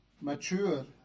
mature